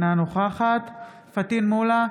אינה נוכחת פטין מולא,